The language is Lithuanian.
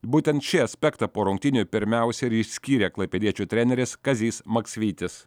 būtent šį aspektą po rungtynių pirmiausia ir išskyrė klaipėdiečių treneris kazys maksvytis